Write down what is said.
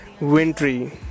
Wintry